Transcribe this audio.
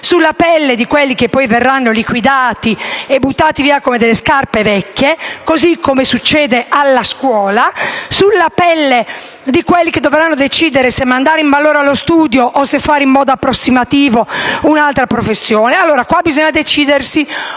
sulla pelle di quelli che poi verranno liquidati e buttati via come le scarpe vecchie, così come succede nella scuola, o sulla pelle di quelli che dovranno decidere se mandare in malora lo studio o se fare in modo approssimativo un'altra professione. Allora, qua bisogna decidersi: